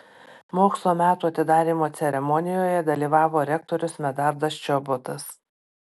mokslo metų atidarymo ceremonijoje dalyvavo rektorius medardas čobotas